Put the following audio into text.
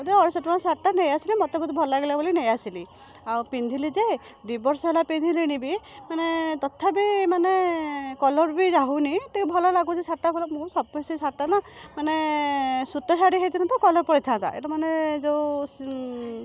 ହଁ ଦେ ଅଢ଼େଇଶହ ଟଙ୍କିଆ ଶାଢ଼ୀଟା ନେଇଆସିଲି ମୋତେ ବହୁତ ଭଲଲାଗିଲା ବୋଲି ନେଇଆସିଲି ଆଉ ପିନ୍ଧିଲି ଯେ ଦୁଇ ବର୍ଷ ହେଲା ପିନ୍ଧିଲିଣି ବି ମାନେ ତଥାପି ମାନେ କଲର୍ ବି ଯାହୁନି ଟିକେ ଭଲ ଲାଗୁଛି ଶାଢ଼ୀଟା ମୁଁ କଣ ସେ ଶାଢ଼ୀଟା ନା ମାନେ ସୁତା ଶାଢ଼ୀ ହେଇଥିନେ ତ କଲର୍ ପଳେଇଥାନ୍ତା ଏଇଟାମାନେ ଯୋଉ